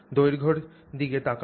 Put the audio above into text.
দৈর্ঘ্যের দিকে তাকাও